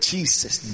Jesus